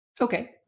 Okay